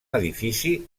edifici